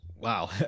Wow